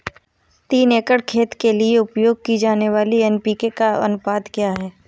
तीन एकड़ खेत के लिए उपयोग की जाने वाली एन.पी.के का अनुपात क्या है?